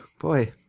boy